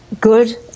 good